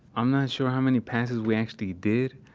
i'm not sure how many passes we actually did,